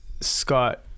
Scott